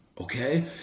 okay